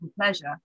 pleasure